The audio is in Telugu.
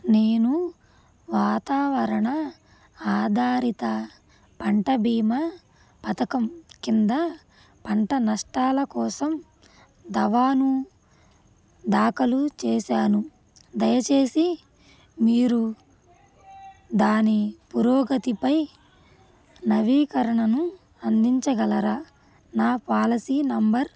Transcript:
నేను వాతావరణ ఆధారిత పంట బీమా పథకం కింద పంట నష్టాల కోసం దావాను దాఖలు చేసాను దయచేసి మీరు దాని పురోగతిపై నవీకరణను అందించగలరా నా పాలసీ నంబర్